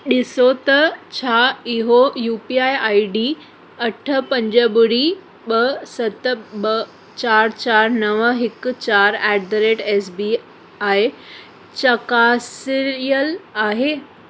ॾिसो त छा इहो U P I I D अठ पंज ॿुड़ी ॿ सत ॿ चार चार नव हिकु चार at the rate S B I चकासियलु आहे